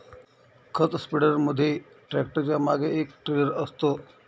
खत स्प्रेडर मध्ये ट्रॅक्टरच्या मागे एक ट्रेलर असतं